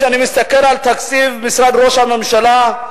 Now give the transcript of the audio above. כשאני מסתכל על תקציב משרד ראש הממשלה,